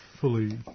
fully